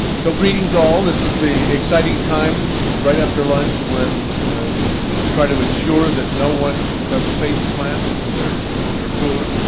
so greetings, all. this is the exciting time right after lunch when we try to ensure that no one does a face plant into their into their food.